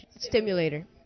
stimulator